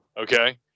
okay